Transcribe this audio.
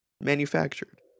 manufactured